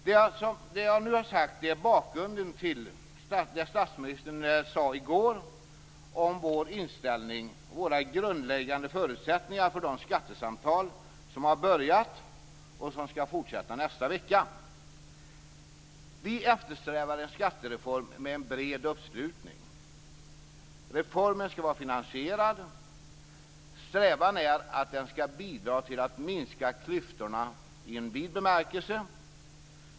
Det jag nu har sagt är bakgrunden till det statsministern sade i går om vår inställning till och våra grundläggande förutsättningar för de skattesamtal som har börjat och som skall fortsätta nästa vecka. Vi eftersträvar en skattereform med en bred uppslutning. Reformen skall vara finansierad. Strävan är att den skall bidra till att minska klyftorna i en vid bemärkelse.